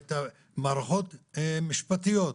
מערכות משפטיות,